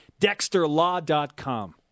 DexterLaw.com